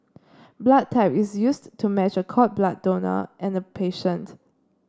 blood type is used to match a cord blood donor and a patient